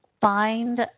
find